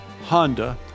Honda